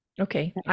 Okay